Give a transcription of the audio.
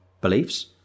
beliefs